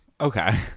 Okay